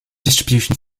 distribution